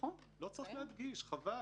לא צריך להדגיש, חבל.